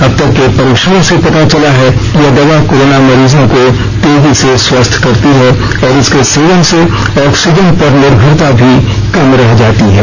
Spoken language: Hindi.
अब तक के परीक्षणों से पता चला है कि यह दवा कोरोना मरीजों को तेजी से स्वस्थ करती है और इसके सेवन से ऑक्सीजन पर निर्भरता भी कम रह जाती है